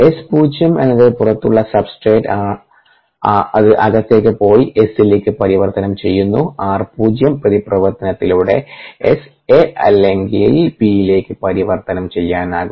S0 എന്നത് പുറത്തുള്ള സബ്സ്ട്രേറ്റാണ് അത് അകത്തേക്ക് പോയി S ലേക്ക് പരിവർത്തനം ചെയ്യപ്പെടുന്നു r0 പ്രതിപ്രവർത്തനത്തിലൂടെ S A അല്ലെങ്കിൽ B ലേക്ക് പരിവർത്തനം ചെയ്യാനാകും